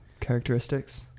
characteristics